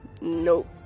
Nope